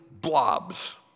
blobs